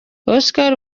oscar